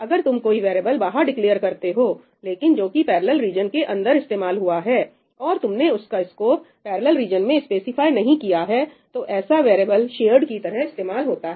अगर तुम कोई वेरिएबल बाहर डिक्लेअर करते हो लेकिन जो कि पैरेलल रीजन के अंदर इस्तेमाल होता है और तुमने उसका स्कोप पैरेलल रीजन में स्पेसिफाई नहीं किया है तो ऐसा वेरिएबल शेयर्ड की तरह इस्तेमाल होता है